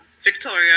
Victoria